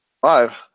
five